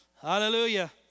Hallelujah